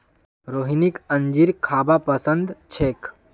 रोहिणीक अंजीर खाबा पसंद छेक